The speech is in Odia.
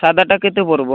ସାଧା ଟା କେତେ ପଡ଼ବ